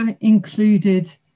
included